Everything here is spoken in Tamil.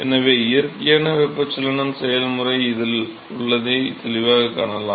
எனவே இயற்கையான வெப்பச்சலன செயல்முறை இதில் உள்ளதை தெளிவாகக் காணலாம்